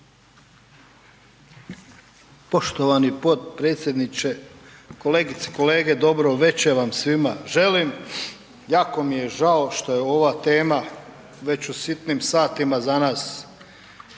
Poštovani potpredsjedniče. Kolegice i kolege. Dobro veče vam svima želim. Jako mi je žao što je ova tema već u sitnim satima za nas